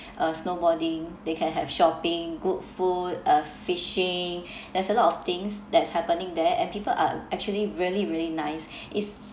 uh snowboarding they can have shopping good food uh fishing there's a lot of things that's happening there and people are actually really really nice it's